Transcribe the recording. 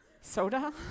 soda